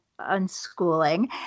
unschooling